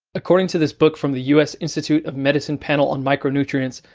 according to this book from the us institute of medicine panel on micronutrients,